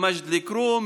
ממג'ד אל-כרום,